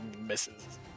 Misses